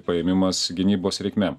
paėmimas gynybos reikmėm